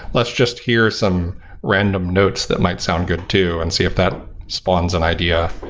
let's just hear some random notes that might sound good too and see if that spawns an idea.